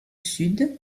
sud